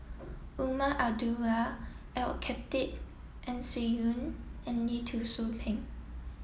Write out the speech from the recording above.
Umar Abdullah Al Khatib Ang Swee Aun and Lee Tzu Pheng